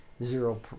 Zero